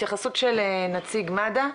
התייחסות של נציג מד"א,